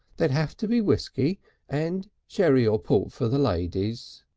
there'd have to be whiskey and sherry or port for the ladies.